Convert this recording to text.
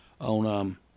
on